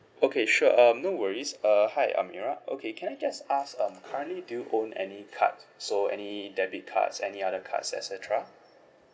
okay sure um no worries uh hi amirah okay can I just ask um currently do you own any card so any debit cards any other cards et cetera